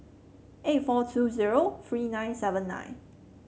eight four two zero three nine seven nine